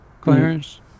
Clarence